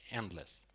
endless